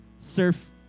Surf